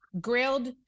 grilled